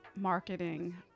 marketing